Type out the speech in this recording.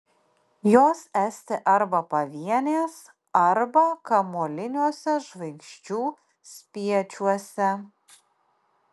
jos esti arba pavienės arba kamuoliniuose žvaigždžių spiečiuose